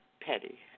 petty